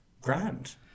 grand